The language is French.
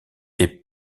les